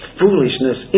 foolishness